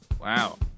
Wow